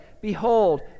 Behold